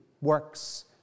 works